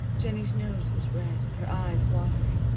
jennie's nose was red, and her eyes watery.